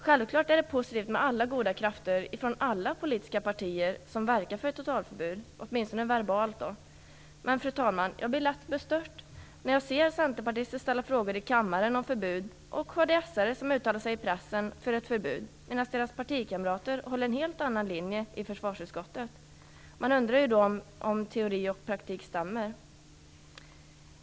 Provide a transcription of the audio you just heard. Självfallet är det positivt med alla de goda krafter i alla partier som verkar för ett totalförbud, åtminstone verbalt. Men, fru talman, jag blir lätt bestört när jag ser centerpartister ställa frågor i kammaren om förbud och kds:are som uttalar sig i pressen för ett förbud medan deras partikamrater håller en annan linje i försvarsutskottet. Man undrar om teori och praktik stämmer.